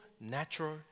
natural